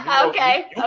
Okay